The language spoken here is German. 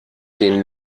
den